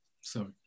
sorry